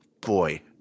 boy